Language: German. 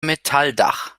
metalldach